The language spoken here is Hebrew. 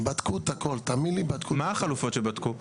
מה החלופות שבדקו?